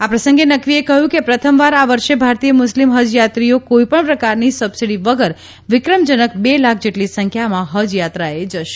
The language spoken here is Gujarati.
આ પ્રસંગે નક્વીએ કહ્યું કે પ્રથમવાર આ વર્ષે ભારતીય મુસ્લીમ હઝયાત્રીઓ કોઈપણ પ્રકારની સબસિડી વગર વિક્રમજનક બે લાખ જેટલી સંખ્યામાં હઝ યાત્રાએ જશે